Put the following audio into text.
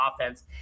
offense